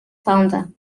founder